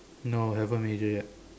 no haven't major yet